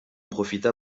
profita